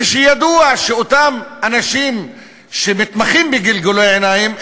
כשידוע שאותם אנשים שמתמחים בגלגולי עיניים,